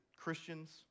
Christians